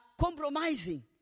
compromising